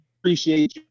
appreciate